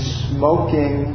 smoking